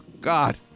God